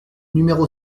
numéro